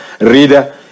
reader